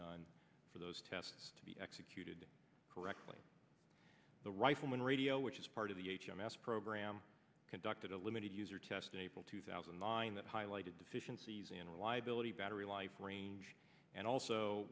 done for those tests to be executed correctly the riflemen radio which is part of the h m s programme conducted a limited user testing april two thousand and nine that highlighted deficiencies in reliability battery life range and also